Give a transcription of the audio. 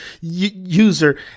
user